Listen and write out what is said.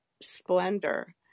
splendor